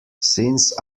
since